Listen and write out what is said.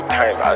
time